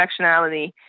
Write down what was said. intersectionality